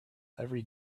every